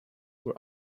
were